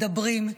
מדברים,